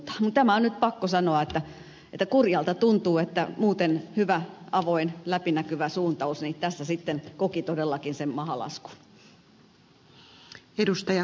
mutta tämä on nyt pakko sanoa että kurjalta tuntuu että muuten hyvä avoin läpinäkyvä suuntaus tässä sitten koki todellakin sen mahalaskun